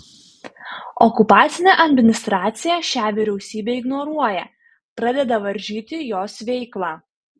okupacinė administracija šią vyriausybę ignoruoja pradeda varžyti jos veiklą